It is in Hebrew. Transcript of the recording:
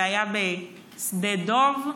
זה היה בשדה דב,